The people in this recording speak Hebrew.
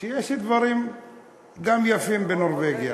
שיש דברים גם יפים בנורבגיה.